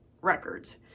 records